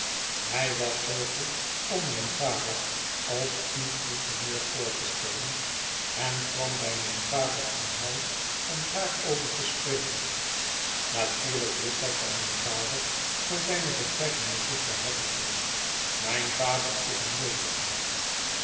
hij was zoo goed om mijn vader als uw gouverneur voor te stellen en kwam bij mijn vader aan huis om daarover te spreken natuurlijk wist hij van mijn vader door zijne betrekking met jufvrouw havisham mijn vader is een neef van haar